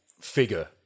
figure